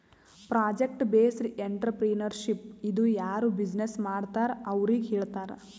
project based entrepreneurship ಇದು ಯಾರು business ಮಾಡ್ತಾರ್ ಅವ್ರಿಗ ಹೇಳ್ತಾರ್